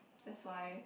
that's why